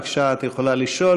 בבקשה, את יכולה לשאול.